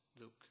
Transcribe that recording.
Luke